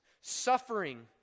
suffering